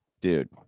Dude